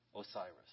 Osiris